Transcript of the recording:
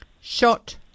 shot